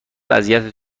اذیت